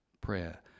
prayer